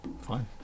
Fine